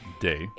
Day